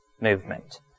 movement